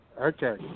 Okay